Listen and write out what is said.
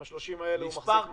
עם ה-30,000 האלה הוא מחזיק מעמד?